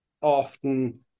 often